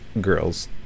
girls